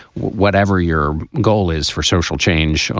whatever your goal is for social change,